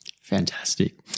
Fantastic